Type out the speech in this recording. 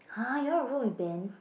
you want role with Ben